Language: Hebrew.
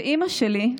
ואימא שלי,